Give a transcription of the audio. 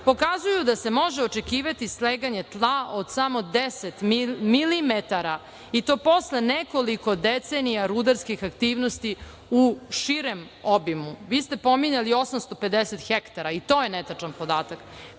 pokazuju da se može očekivati sleganje tla od samo 10 milimetara i to posle nekoliko decenija rudarskim aktivnosti u širem obimu. Vi ste pominjali 850 hektara. I, to je netačan podatak,